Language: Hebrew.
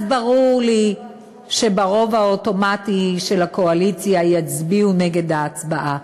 אז ברור לי שברוב האוטומטי של הקואליציה יצביעו נגד ההצעה.